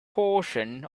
portion